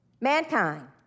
mankind